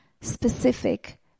specific